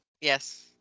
Yes